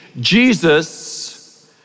Jesus